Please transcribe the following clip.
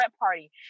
party